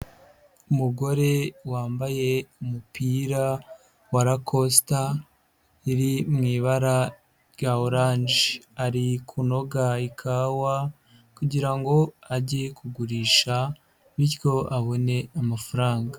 Umugore wambaye umupira wa rakosita iri mu ibara rya oranje, ari kunoga ikawa kugira ngo ajye kugurisha bityo abone amafaranga.